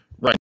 Right